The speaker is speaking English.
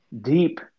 deep